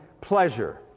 pleasure